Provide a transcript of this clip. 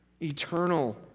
eternal